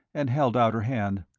and held out her hand.